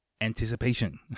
anticipation